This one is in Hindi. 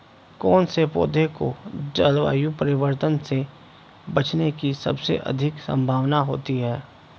कौन से पौधे को जलवायु परिवर्तन से बचने की सबसे अधिक संभावना होती है?